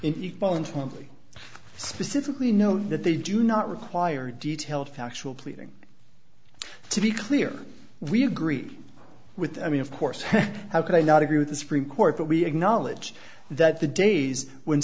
intimately specifically know that they do not require detailed factual pleading to be clear we agree with i mean of course how could i not agree with the supreme court but we acknowledge that the days when